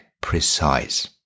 precise